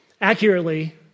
accurately